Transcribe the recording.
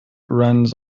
runs